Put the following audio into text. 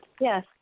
Yes